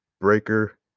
Breaker